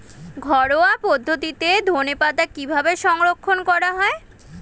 ঘরোয়া পদ্ধতিতে ধনেপাতা কিভাবে সংরক্ষণ করা হয়?